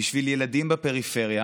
בשביל ילדים בפריפריה